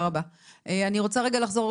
אני רוצה רגע לחזור,